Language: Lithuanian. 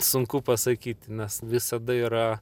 sunku pasakyti nes visada yra